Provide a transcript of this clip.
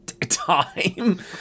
time